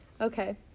Okay